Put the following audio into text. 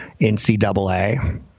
NCAA